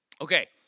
Okay